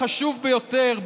החשוב ביותר,